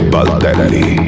Baldelli